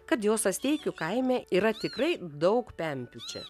kad jos asteikių kaime yra tikrai daug pempių čia